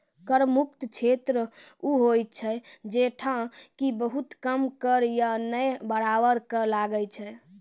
कर मुक्त क्षेत्र उ होय छै जैठां कि बहुत कम कर या नै बराबर कर लागै छै